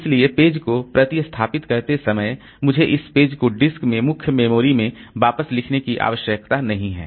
इसलिए पेज को प्रतिस्थापित करते समय मुझे इस पेज को डिस्क में मुख्य मेमोरी में वापस लिखने की आवश्यकता नहीं है